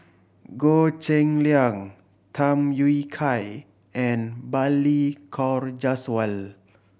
Goh Cheng Liang Tham Yui Kai and Balli Kaur Jaswal